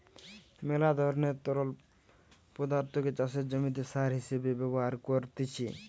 মেলা ধরণের তরল পদার্থকে চাষের জমিতে সার হিসেবে ব্যবহার করতিছে